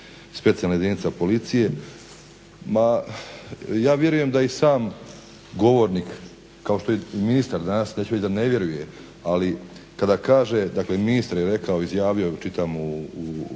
Specijalna jedinica policije. Ja vjerujem da i sam govornik, kao što je i ministar danas, neću reći da ne vjeruje ali kada kaže dakle ministar je rekao, izjavio, čitam u